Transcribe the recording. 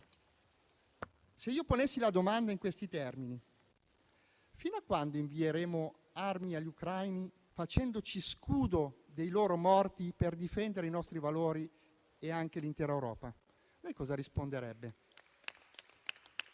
Se io ponessi la domanda in questi termini: fino a quando invieremo armi agli ucraini facendoci scudo dei loro morti per difendere i nostri valori e anche l'intera Europa, lei cosa risponderebbe?